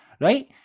right